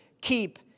keep